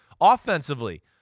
Offensively